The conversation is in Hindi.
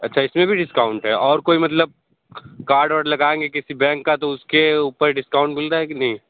अच्छा इसमें भी डिस्काउंट है और कोई मतलब कार्ड और लगाएंगे किसी बैंक का तो उसके ऊपर डिस्काउंट मिल रहा है कि नहीं